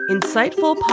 Insightful